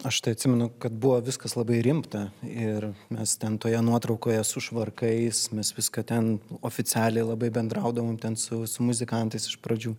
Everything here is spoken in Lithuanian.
aš tai atsimenu kad buvo viskas labai rimta ir mes ten toje nuotraukoje su švarkais mes viską ten oficialiai labai bendraudavom ten su su muzikantais iš pradžių